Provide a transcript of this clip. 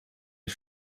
ngo